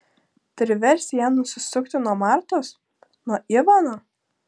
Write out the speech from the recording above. priversti ją nusisukti nuo martos nuo ivano